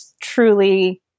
truly